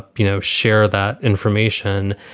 you know, share that information.